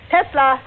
Tesla